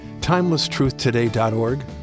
timelesstruthtoday.org